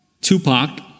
Tupac